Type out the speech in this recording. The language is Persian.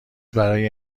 برای